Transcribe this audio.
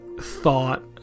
thought